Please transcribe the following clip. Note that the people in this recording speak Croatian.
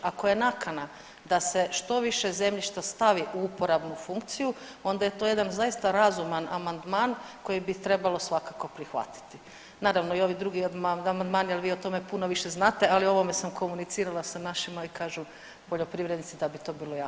Ako je nakana da se što više zemljišta stavi u uporabnu funkciju onda je to jedan zaista razuman amandman koji bi trebalo svakako prihvatiti, naravno i ovi drugi amandmani, al vi o tome puno više znate, ali o ovome sam komunicirala sa našim, a i kažu poljoprivrednici da bi to bilo jako važno.